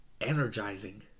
Energizing